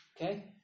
Okay